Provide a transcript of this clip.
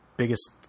biggest